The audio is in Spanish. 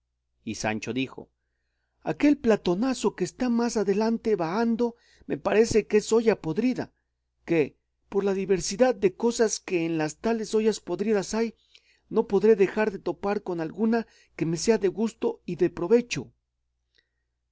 y sancho dijo aquel platonazo que está más adelante vahando me parece que es olla podrida que por la diversidad de cosas que en las tales ollas podridas hay no podré dejar de topar con alguna que me sea de gusto y de provecho